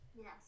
yes